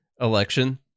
election